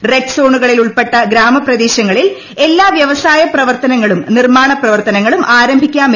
red സോണുകളിലുൾപ്പെട്ട ഗ്രാമപ്രദേശങ്ങളിൽ എല്ലാ വ്യവസായ പ്രവർത്തനങ്ങളും നിർമാണ പ്രവർത്തനങ്ങളും ആരംഭിക്കാം